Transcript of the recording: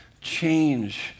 change